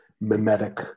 mimetic